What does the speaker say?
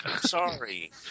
Sorry